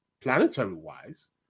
Planetary-wise